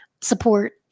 support